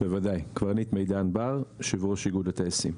בוודאי, קברניט מידן בר, יושב ראש איגוד הטייסים.